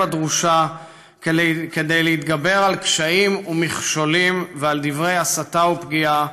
הדרושה כדי להתגבר על קשיים ומכשולים ועל דברי הסתה ופגיעה,